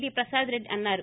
D Prasad Reddy అన్నారు